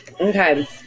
Okay